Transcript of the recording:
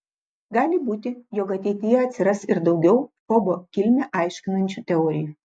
gali būti jog ateityje atsiras ir daugiau fobo kilmę aiškinančių teorijų